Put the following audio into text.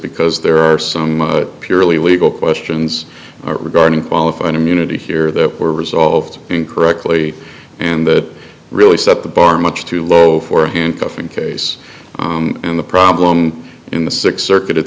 because there are some purely legal questions regarding qualified immunity here that were resolved incorrectly and that really set the bar much too low for a handcuffing case and the problem in the six circuit it